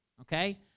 okay